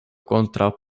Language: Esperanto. kontraŭ